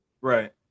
right